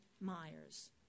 Myers